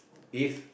if